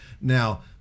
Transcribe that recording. Now